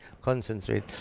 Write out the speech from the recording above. concentrate